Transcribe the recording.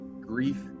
grief